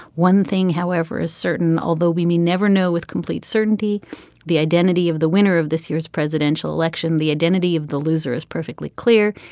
one thing however is certain although we may never know with complete certainty the identity of the winner of this year's presidential election the identity of the loser is perfectly clear.